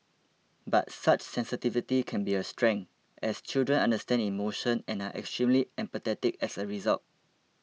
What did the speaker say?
but such sensitivity can be a strength as children understand emotion and are extremely empathetic as a result